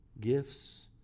gifts